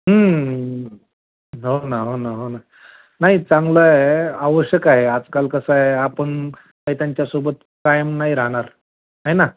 हं हं हं हो ना हो ना हो ना नाही चांगलं आहे आवश्यक आहे आजकाल कसं आहे आपण काही त्यांच्यासोबत कायम नाही राहणार आहे ना